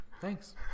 Thanks